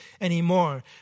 anymore